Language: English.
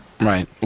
Right